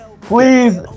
Please